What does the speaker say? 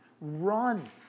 Run